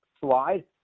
slide